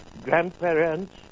grandparents